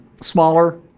smaller